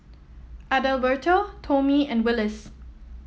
Adalberto Tomie and Willis